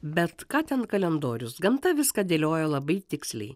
bet ką ten kalendorius gamta viską dėlioja labai tiksliai